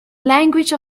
language